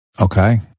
Okay